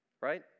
right